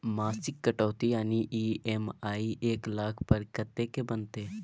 मासिक कटौती यानी ई.एम.आई एक लाख पर कत्ते के बनते?